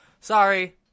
sorry